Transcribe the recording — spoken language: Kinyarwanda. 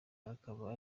akaba